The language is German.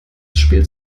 spiel